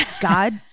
God